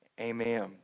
Amen